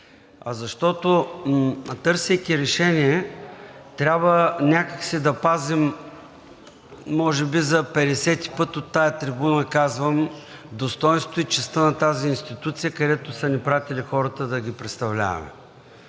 а защото, търсейки решение, трябва някак си да пазим – може би за 50-и път от тази трибуна казвам: достойнството и честта на тази институция, където са ни пратили хората да ги представляваме.